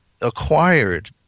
acquired